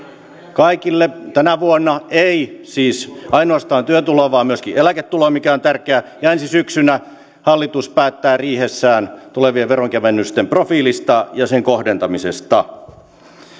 kaikille tänä vuonna ei siis ainoastaan työtuloon vaan myöskin eläketuloon mikä on tärkeää ja ensi syksynä hallitus päättää riihessään tulevien veronkevennysten profiilista ja niiden kohdentamisesta